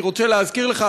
אני רוצה להזכיר לך,